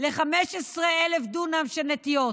ל-15,000 דונם של נטיעות.